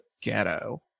ghetto